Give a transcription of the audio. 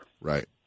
Right